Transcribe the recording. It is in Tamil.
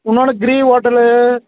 இன்னொன்று கிரி ஹோட்டலு